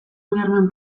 ulermen